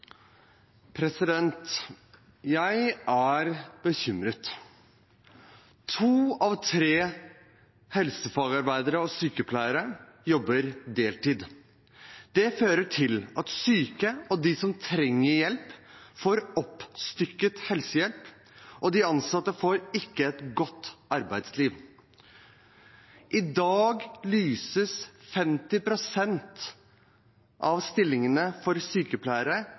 bekymret. To av tre helsefagarbeidere og sykepleiere jobber deltid. Det fører til at syke og de som trenger hjelp, får oppstykket helsehjelp, og de ansatte får ikke et godt arbeidsliv. I dag lyses 50 pst. av stillingene for sykepleiere